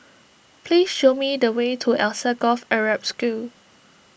please show me the way to Alsagoff Arab School